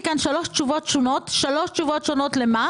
למה